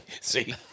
see